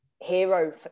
hero